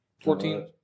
Fourteen